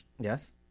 Yes